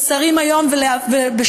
השרים היום ולשעבר,